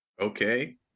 Okay